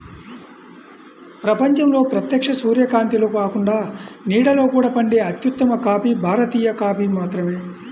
ప్రపంచంలో ప్రత్యక్ష సూర్యకాంతిలో కాకుండా నీడలో కూడా పండే అత్యుత్తమ కాఫీ భారతీయ కాఫీ మాత్రమే